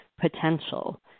potential